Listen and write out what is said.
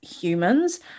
humans